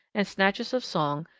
and snatches of song,